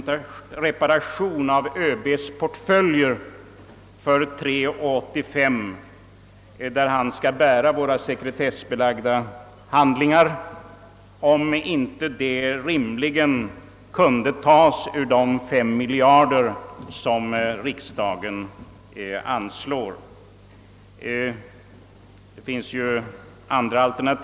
3: 85, av ÖB:s portföljer, i vilka han skall bära sekretessbelagda handlingar, rimligen kunde betalas med pengar från de fem miljarder som riksdagen anslår.